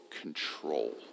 control